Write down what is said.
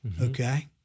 okay